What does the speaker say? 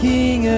King